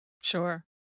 Sure